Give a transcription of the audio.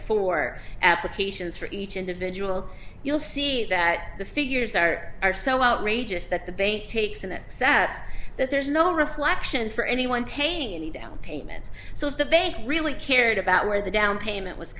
four applications for each individual you'll see that the figures are are so outrageous that the bait takes in that saps that there's no reflection for anyone paying any down payments so if the bank really cared about where the downpayment was